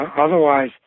otherwise